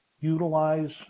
utilize